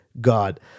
God